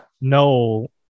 No